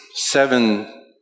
seven